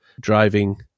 driving